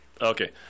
Okay